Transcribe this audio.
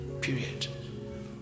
period